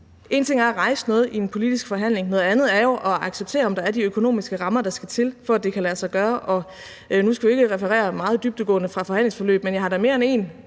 én ting er at rejse noget i en politisk forhandling, noget andet er jo at acceptere, at der er de økonomiske rammer, der skal til, for at det kan lade sig gøre. Og nu skal jeg ikke referere meget dybdegående fra forhandlingsforløb, men jeg har da mere end én